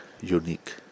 unique